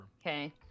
Okay